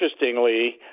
interestingly